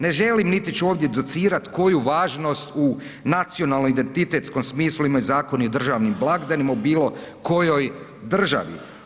Ne želim niti ću ovdje docirat koju važnost u nacionalno identitetskom smislu ima Zakon o državnim blagdani u bilokojoj državi.